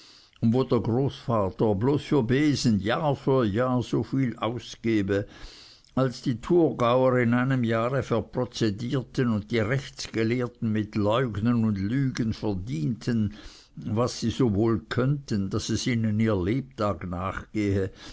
wo der großvater bloß für besen jahr für jahr so viel ausgebe als die thurgauer in einem jahre verprozedierten und die rechtsgelehrten mit leugnen und lügen verdienten was sie so wohl könnten daß es ihnen ihr lebtag nach